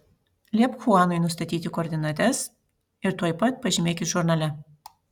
liepk chuanui nustatyti koordinates ir tuoj pat pažymėkit žurnale